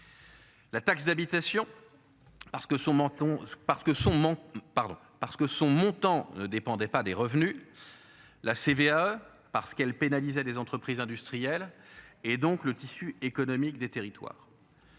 que son mon pardon parce que son montant ne dépendait pas des revenus. La CVAE parce qu'elle pénalise les entreprises industrielles et donc le tissu économique des territoires.